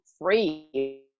free